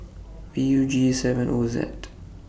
V U G seven O Z